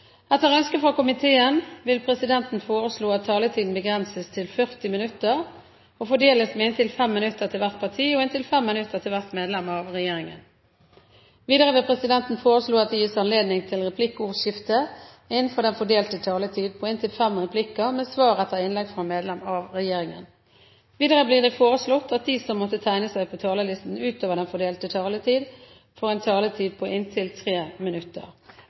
fordeles med inntil 5 minutter til hvert parti og inntil 5 minutter til medlem av regjeringen. Videre vil presidenten foreslå at det gis anledning til replikkordskifte på inntil fem replikker med svar etter innlegg fra medlem av regjeringen innenfor den fordelte taletid. Videre blir det foreslått at de som måtte tegne seg på talerlisten utover den fordelte taletid, får en taletid på inntil 3 minutter.